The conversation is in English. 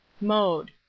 Mode